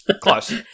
Close